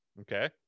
Okay